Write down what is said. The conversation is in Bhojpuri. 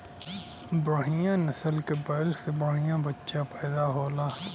बढ़िया नसल के बैल से बढ़िया बच्चा पइदा होला